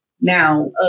Now